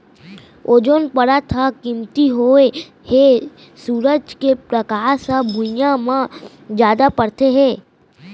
ozone परत ह कमती होए हे सूरज के परकास ह भुइयाँ म जादा परत हे